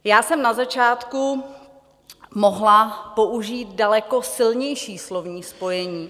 Já jsem na začátku mohla použít daleko silnější slovní spojení.